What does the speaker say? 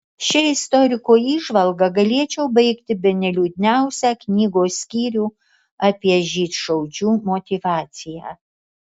šia istoriko įžvalga galėčiau baigti bene liūdniausią knygos skyrių apie žydšaudžių motyvaciją